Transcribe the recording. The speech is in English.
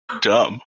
dumb